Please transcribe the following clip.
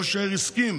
ראש העיר הסכים